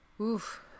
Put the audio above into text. Oof